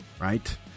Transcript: right